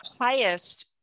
highest